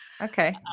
Okay